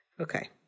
Okay